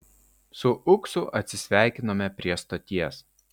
su uksu atsisveikinome prie stoties